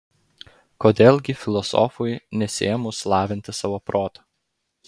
kodėl gi filosofui nesiėmus lavinti savo protą